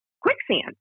quicksand